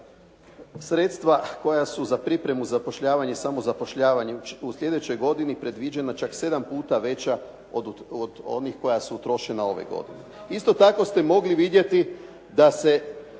sredstva koja su za pripremu zapošljavanja i samozapošljavanja u sljedećoj godini predviđena čak sedam puta veća od onih koja su utrošena ove godine. Isto tako ste mogli vidjeti da se